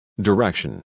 Direction